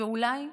ואולי,